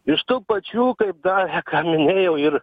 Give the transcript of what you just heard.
iš tų pačių kaip darė ką minėjau ir